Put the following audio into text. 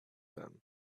them